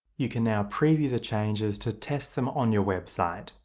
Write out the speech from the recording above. you can now preview the changes to test them on your website,